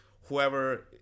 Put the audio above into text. whoever